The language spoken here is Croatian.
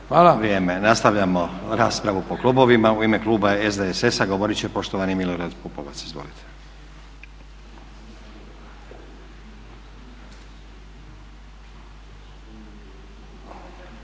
Vrijeme. Nastavljamo raspravu po klubovima. U ime kluba SDSS-a govorit će poštovani Milorad Pupovac. Izvolite.